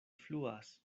fluas